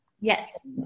Yes